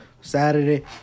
Saturday